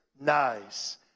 Nice